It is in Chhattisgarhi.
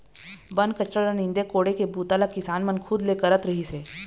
बन कचरा ल नींदे कोड़े के बूता ल किसान मन खुद ले करत रिहिस हे